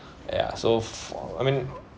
ya so for I mean